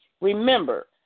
Remember